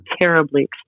terribly